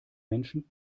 menschen